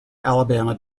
alabama